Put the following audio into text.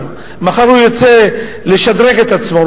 מחר הוא ירצה לשדרג את עצמו,